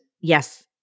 yes